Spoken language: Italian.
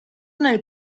nel